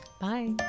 Bye